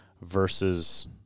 versus